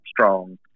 strong